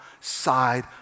side